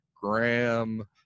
Graham